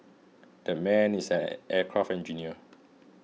that man is an aircraft engineer